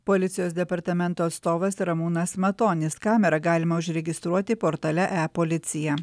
policijos departamento atstovas ramūnas matonis kamerą galima užregistruoti portale epolicija